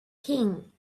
king